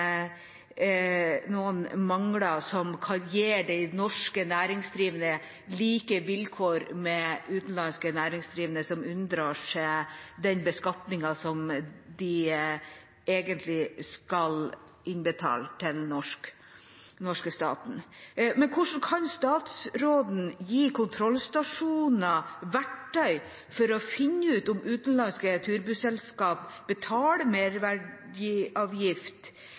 noen mangler med tanke på å gi de norske næringsdrivende like vilkår som utenlandske næringsdrivende, som unndrar seg den beskatningen de egentlig skal innbetale til den norske staten. Hvordan kan statsråden gi kontrollstasjoner verktøy for å finne ut om utenlandske turbusselskaper betaler merverdiavgift